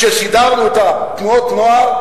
כשסידרנו את תנועות הנוער,